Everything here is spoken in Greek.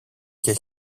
και